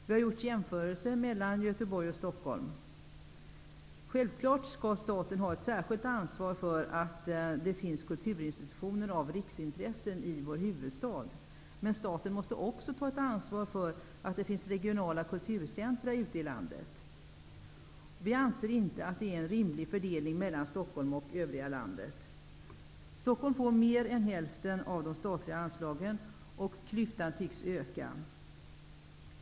Vi har gjort jämförelser mellan Självfallet skall staten ha ett särskilt ansvar för att det finns kulturinstitutioner av riksintresse i vår huvudstad. Men staten måste också ta ett ansvar för att det finns regionala kulturcentra ute i landet. Vi anser inte att det är en rimlig fördelning mellan Stockholm får mer än hälften av de statliga anslagen, och klyftan tycks öka.